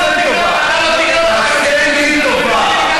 אז תעשה לי טובה, תעשה לי טובה,